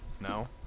No